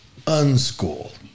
unschool